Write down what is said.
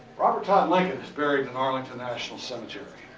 robert todd lincoln is buried in arlington national cemetery.